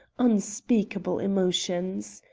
unspeakable emotions.